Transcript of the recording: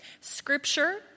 Scripture